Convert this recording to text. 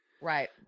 Right